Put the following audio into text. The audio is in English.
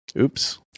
oops